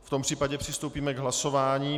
V tom případě přistoupíme k hlasování.